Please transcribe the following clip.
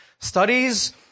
Studies